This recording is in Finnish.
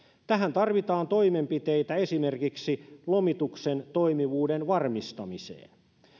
tähän tarvitaan toimenpiteitä esimerkiksi lomituksen toimivuuden varmistamiseen